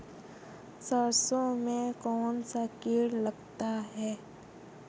सरसों में कौनसा कीट लगता है?